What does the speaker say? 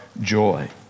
joy